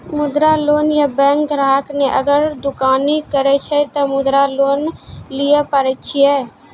मुद्रा लोन ये बैंक ग्राहक ने अगर दुकानी करे छै ते मुद्रा लोन लिए पारे छेयै?